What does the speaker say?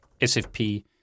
SFP